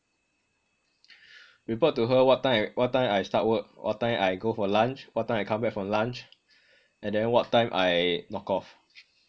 report to her what time what time I start work what time I go for lunch what time I come back from lunch and then what time I knock off